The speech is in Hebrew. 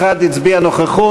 אחד הצביע נוכחות.